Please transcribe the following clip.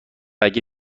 اگه